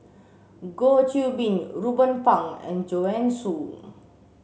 Goh Qiu Bin Ruben Pang and Joanne Soo